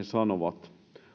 sanovat